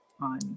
on